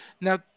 Now